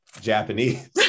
Japanese